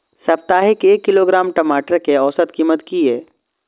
साप्ताहिक एक किलोग्राम टमाटर कै औसत कीमत किए?